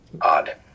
Odd